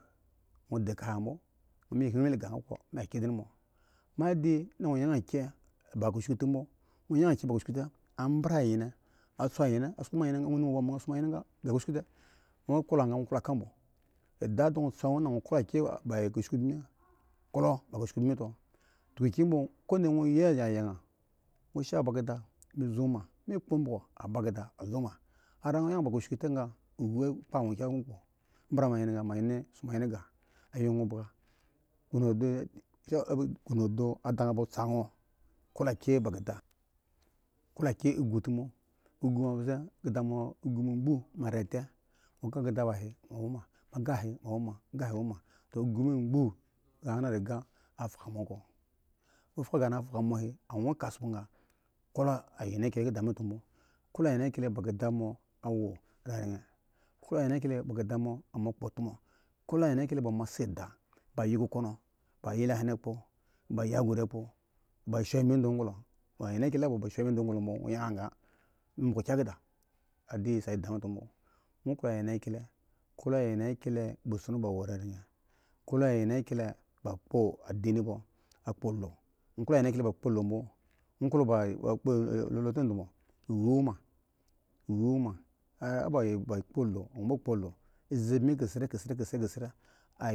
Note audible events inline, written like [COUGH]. Mode kahamo [UNINTELLIGIBLE] kmo ya din me da wo yan kye ba kushku te ba nwo yang kye ba kushku te amba mo anyen ga tene ga kushku te nwo klo ga wu klo ko bo ande adan bo sa mi da nwo klo ko bo ande adan bo sa mi kpo omobo sa a ba keda a zo ma zra nwo yang ba kushku te ga lu kya mi bo ambra anyen a so ma anyen ayi bi ga asa anyen ga yi yan ghon da andan bi sa nwo klo kye ba keda ghom do andan ba sa nwo klo kye ba keda wo kye ugu te bmo keda mo mbze mo rite keda mbze mo gya he mo wom ugu mbze kahama a fluka mo ko aka kahama eflaf mi ko bor klo anyenkyie ba keda wo reren klo an yenkyile b keda mo kpo a tomo klo anyekyie ba ma sia da ba yilo kokono bayi lahen aya kpo bo shu ami da gdo anyankyle shu ami do gdo bo mo yang ombogo kya keda klo anyenkyile ba essan ba wa raren kilo anyenkyle ba kpo do ami wo mi kp do aze bimi mo kise kisie kisira.